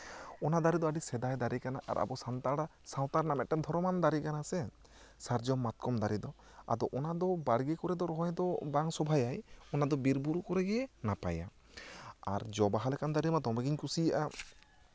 ᱚᱱᱟ ᱫᱟᱨᱮ ᱫᱚ ᱟᱹᱰᱤ ᱥᱮᱫᱟᱭ ᱫᱟᱨᱮ ᱠᱟᱱᱟ ᱟᱵᱚ ᱥᱟᱱᱛᱟᱲ ᱥᱟᱶᱛᱟ ᱨᱮᱱᱟᱜ ᱢᱤᱫᱴᱮᱱ ᱫᱷᱚᱨᱚᱢᱟᱱ ᱫᱟᱨᱮ ᱠᱟᱱᱟ ᱥᱮ ᱥᱟᱨᱡᱚᱢ ᱢᱟᱛᱠᱚᱢ ᱫᱟᱨᱮ ᱫᱚ ᱟᱫᱚ ᱚᱱᱟ ᱫᱚ ᱵᱟᱲᱜᱮ ᱠᱚᱨᱮ ᱫᱚ ᱨᱚᱦᱚᱭ ᱨᱚᱦᱚᱭ ᱫᱚ ᱵᱟᱭ ᱥᱚᱵᱷᱟᱭᱟᱭ ᱚᱱᱟ ᱫᱚ ᱵᱤᱨ ᱵᱩᱨᱩ ᱠᱚᱨᱮᱜᱮ ᱱᱟᱯᱟᱭᱟ ᱟᱨ ᱡᱚ ᱵᱟᱦᱟ ᱞᱮᱠᱟᱱ ᱫᱟᱨᱮ ᱢᱟ ᱫᱚᱢᱮᱜᱤᱧ ᱠᱩᱥᱤᱭᱟᱜᱼᱟ